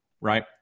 right